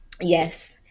yes